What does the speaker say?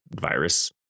virus